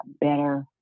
better